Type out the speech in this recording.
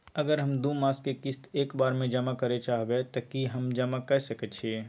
अगर हम दू मास के किस्त एक बेर जमा करे चाहबे तय की हम जमा कय सके छि?